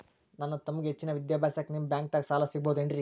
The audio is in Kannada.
ನನ್ನ ತಮ್ಮಗ ಹೆಚ್ಚಿನ ವಿದ್ಯಾಭ್ಯಾಸಕ್ಕ ನಿಮ್ಮ ಬ್ಯಾಂಕ್ ದಾಗ ಸಾಲ ಸಿಗಬಹುದೇನ್ರಿ?